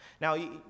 Now